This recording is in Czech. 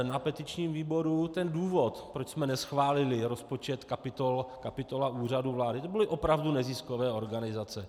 Na petičním výboru ten důvod, proč jsme neschválili rozpočet kapitola Úřadu vlády, to byly opravdu neziskové organizace.